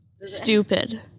stupid